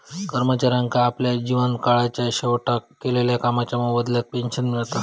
कर्मचाऱ्यांका आपल्या जीवन काळाच्या शेवटाक केलेल्या कामाच्या मोबदल्यात पेंशन मिळता